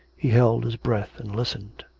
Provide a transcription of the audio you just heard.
he held his breath and listened.